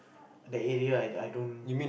that area I I don't